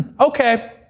okay